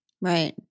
Right